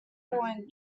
point